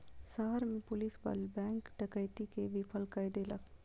शहर में पुलिस बल बैंक डकैती के विफल कय देलक